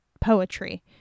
poetry